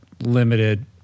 limited